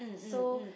so